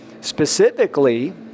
Specifically